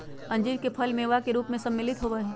अंजीर के फल मेवा के रूप में सम्मिलित होबा हई